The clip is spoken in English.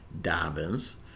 Dobbins